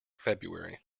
february